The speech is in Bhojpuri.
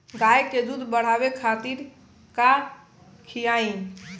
गाय के दूध बढ़ावे खातिर का खियायिं?